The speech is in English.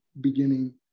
beginning